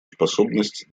способность